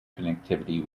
connectivity